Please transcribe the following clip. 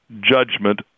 judgment